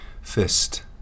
fist